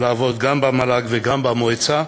לעבוד גם במל"ג וגם במועצה,